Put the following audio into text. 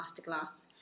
Masterclass